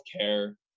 care